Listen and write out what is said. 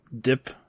dip